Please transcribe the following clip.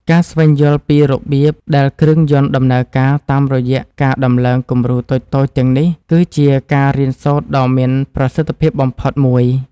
ការស្វែងយល់ពីរបៀបដែលគ្រឿងយន្តដំណើរការតាមរយៈការដំឡើងគំរូតូចៗទាំងនេះគឺជាការរៀនសូត្រដ៏មានប្រសិទ្ធភាពបំផុតមួយ។